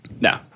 No